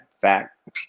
fact